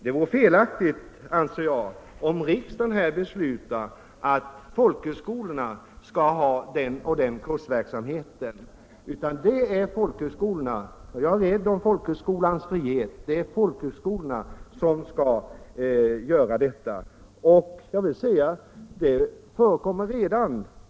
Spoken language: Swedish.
Det vore felaktigt, anser jag, om riksdagen beslutade att folkhögskolorna skall ha den och den kursverksamheten. Jag är rädd om folkhögskolornas frihet, och det är folkhögskolorna själva som skall bestämma denna kursverksamhet. Det förekommer också redan nu.